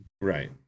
Right